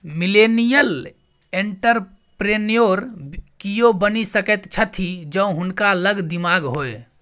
millennial entrepreneur कियो बनि सकैत छथि जौं हुनका लग दिमाग होए